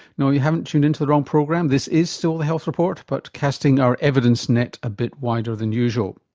no you haven't tuned in to the wrong program this is still the health report but casting our evidence net a bit wider than usual.